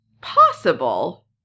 possible